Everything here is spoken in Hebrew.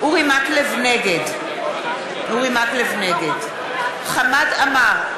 נגד חמד עמאר,